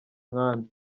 nkambi